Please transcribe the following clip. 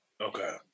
okay